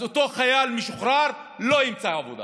אז אותו חייל משוחרר לא ימצא עבודה